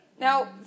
Now